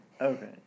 Okay